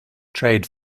trade